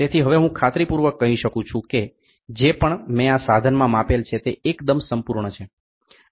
તેથી હવે હું ખાતરી પૂર્વક કહી શકું કે જે પણ મેં આ સાધનમાં માપેલ છે તે એકદમ સંપૂર્ણ છે